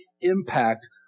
impact